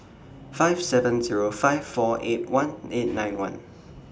five seven Zero five four eight one eight nine one